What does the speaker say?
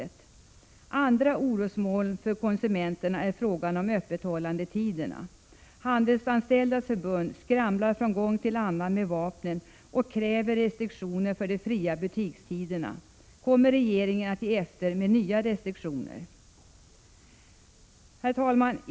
Ett annat orosmoln för konsumenterna är frågan om öppethållandetiderna. Handelsanställdas förbund skramlar från gång till annan med vapnen och kräver restriktioner för de fria butikstiderna. Kommer regeringen att ge efter med nya restriktioner? Herr talman!